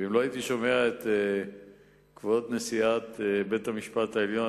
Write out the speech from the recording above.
ואם לא הייתי שומע את כבוד נשיאת בית-המשפט העליון,